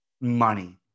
money